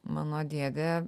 mano dėdė